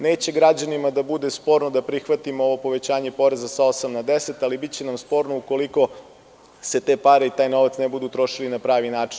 Neće građanima da bude sporno da prihvatimo ovo povećanje poreza sa 8% na 10%, ali biće nam sporno ukoliko se te pare i taj novac ne budu trošili na pravi način.